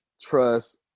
trust